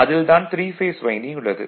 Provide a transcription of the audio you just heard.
அதில் தான் 3 phase winding உள்ளது